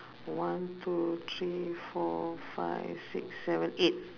one two three four five six seven eight